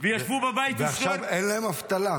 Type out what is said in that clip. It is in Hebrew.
ועכשיו אין להם אבטלה.